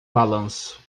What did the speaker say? balanço